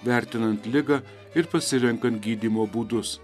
vertinant ligą ir pasirenkant gydymo būdus